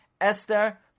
Esther